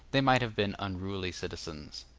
they might have been unruly citizens.